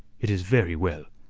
it is very well.